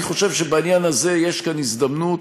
אני חושב שבעניין הזה יש כאן הזדמנות,